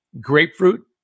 grapefruit